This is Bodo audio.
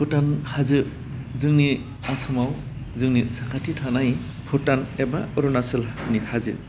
भुटान हाजो जोंनि आसामाव जोंनि साखाथि थानाय भुटान एबा अरुणाचलनि हाजो